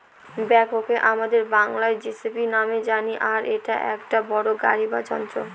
ব্যাকহোকে আমাদের বাংলায় যেসিবি নামেই জানি আর এটা একটা বড়ো গাড়ি বা যন্ত্র